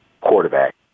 quarterback